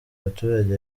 abaturage